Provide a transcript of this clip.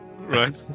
Right